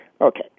Okay